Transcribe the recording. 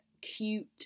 cute